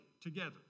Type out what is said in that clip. together